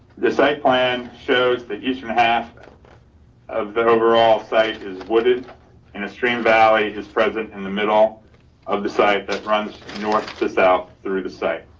the site plan shows the eastern half of the overall site is wooded in the stream valley is present in the middle of the site that runs north to south through the site.